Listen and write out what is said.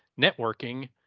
networking